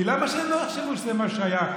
כי למה שהם לא יחשבו שזה מה שהיה,